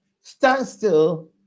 standstill